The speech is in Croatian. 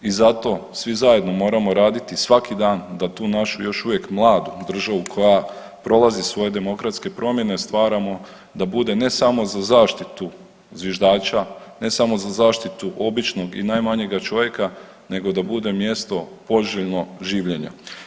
I zato svi zajedno moramo raditi svaki dan da tu našu još uvijek mladu državu koja prolazi svoje demokratske promjene stvaramo da bude ne samo za zaštitu zviždača, ne samo za zaštitu običnog i najmanjega čovjeka, nego da bude mjesto poželjno življenja.